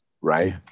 right